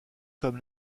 comme